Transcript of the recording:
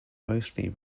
mostly